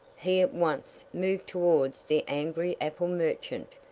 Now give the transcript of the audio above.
he at once moved towards the angry apple merchant,